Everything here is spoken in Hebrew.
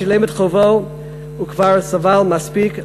ששילם את חובו וכבר סבל מספיק,